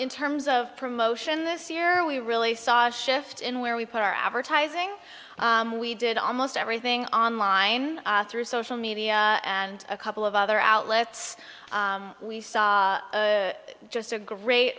in terms of promotion this year we really saw a shift in where we put our advertising we did almost everything on line through social media and a couple of other outlets we saw just a great